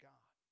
God